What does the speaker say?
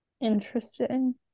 Interesting